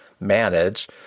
manage